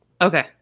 okay